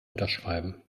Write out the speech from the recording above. unterschreiben